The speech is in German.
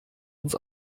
uns